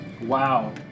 Wow